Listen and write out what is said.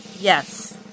Yes